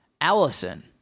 Allison